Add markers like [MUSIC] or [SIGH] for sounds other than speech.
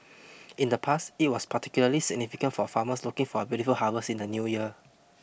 [NOISE] in the past it was particularly significant for farmers looking for a bountiful harvest in the new year